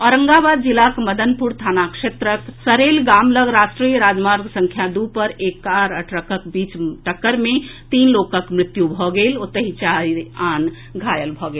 औरंगाबाद जिलाक मदनपुर थाना क्षेत्रक सड़ेल गाम लऽग राष्ट्रीय राजमार्ग संख्या दू पर एक कार आ ट्रकक बीच टक्कर मे तीन लोकक मृत्यु भऽ गेल ओतहि चारि आन घायल भऽ गेलाह